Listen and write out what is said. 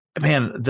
Man